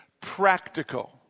practical